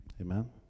amen